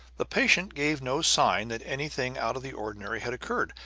the patient gave no sign that anything out of the ordinary had occurred.